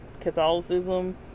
Catholicism